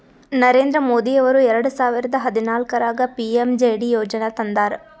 ನರೇಂದ್ರ ಮೋದಿ ಅವರು ಎರೆಡ ಸಾವಿರದ ಹದನಾಲ್ಕರಾಗ ಪಿ.ಎಮ್.ಜೆ.ಡಿ ಯೋಜನಾ ತಂದಾರ